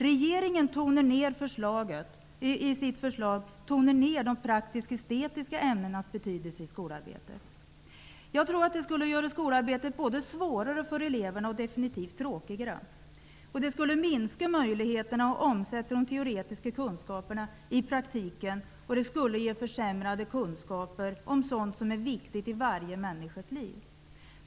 Regeringen tonar i förslaget ner de praktiska och estetiska ämnenas betydelse i skolarbetet. Om man minskar tiden för dessa ämnen skulle skolarbetet göras svårare och definitivt tråkigare. Det skulle minska möjligheterna för eleverna att omsätta de teoretiska kunskaperna i praktiken, och det skulle ge försämrade kunskaper om sådant som är viktigt i varje människas liv.